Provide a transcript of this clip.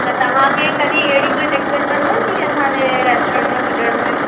त तव्हां खे कॾहिं कोई अहिड़ी दिक़त त न थी असांजे रेस्टोरेंट में पुॼण में